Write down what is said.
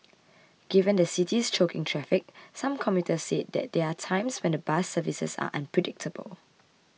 given the city's choking traffic some commuters said there are times when the bus services are unpredictable